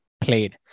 played